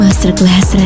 Masterclass